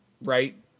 right